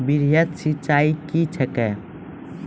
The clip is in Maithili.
वृहद सिंचाई कया हैं?